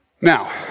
Now